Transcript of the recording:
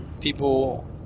people